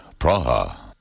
Praha